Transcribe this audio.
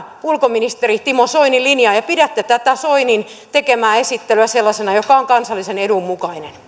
ulkoministeri timo soinin linjaan ja pidättekö tätä soinin tekemää esittelyä sellaisena joka on kansallisen edun